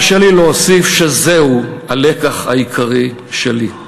תרשה לי להוסיף שזהו הלקח העיקרי שלי.